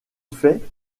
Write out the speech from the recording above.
fait